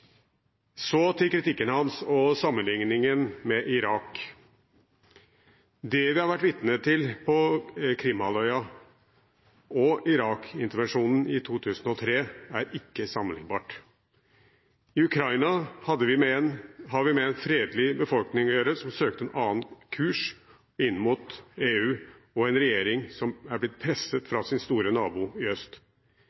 Så til kritikken hans og sammenlikningen med Irak. Det vi har vært vitne til på Krim-halvøya og intervensjonen i Irak i 2003, er ikke sammenliknbart. I Ukraina har vi å gjøre med en fredelig befolkning som søkte en annen kurs inn mot EU, og en regjering som er blitt presset